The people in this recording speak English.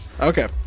Okay